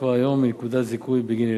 כבר היום מנקודות זיכוי בגין ילדים.